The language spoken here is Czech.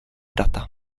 data